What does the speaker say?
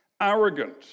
arrogant